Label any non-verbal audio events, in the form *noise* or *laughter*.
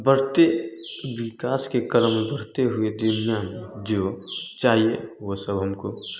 बढ़ते विकास के क्रम बढ़ते हुए *unintelligible* जो चाहिए वो सब हमको